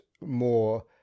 more